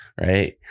right